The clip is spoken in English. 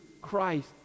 Christ